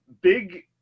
big